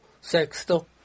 sexto